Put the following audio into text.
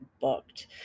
booked